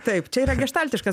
taip čia yra geštaltiškas